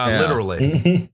um literally.